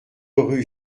rue